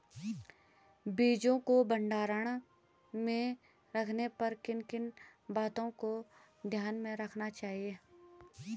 बीजों को भंडारण में रखने पर किन किन बातों को ध्यान में रखना चाहिए?